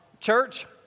church